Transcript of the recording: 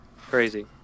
Crazy